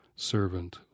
servant